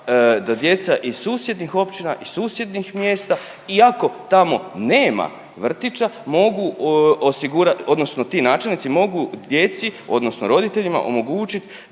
da djeca iz susjednih općina, iz susjednih mjesta iako tamo nema vrtića mogu osigurati, odnosno ti načelnici mogu djeci odnosno roditeljima omogućit